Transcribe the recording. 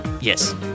yes